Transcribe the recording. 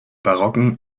barocken